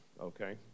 okay